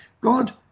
God